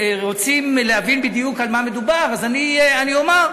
רוצים להבין בדיוק על מה מדובר, אז אני אומר: